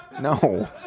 No